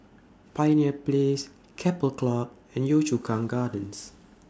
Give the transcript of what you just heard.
Pioneer Place Keppel Club and Yio Chu Kang Gardens